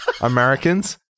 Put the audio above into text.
Americans